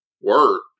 word